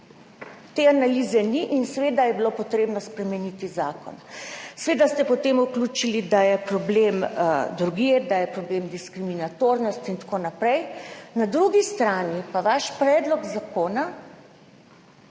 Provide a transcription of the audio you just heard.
Te analize ni in seveda je bilo potrebno spremeniti zakon. Seveda ste potem vključili, da je problem drugje, da je problem diskriminatornosti in tako naprej. Na drugi strani pa vaš predlog zakona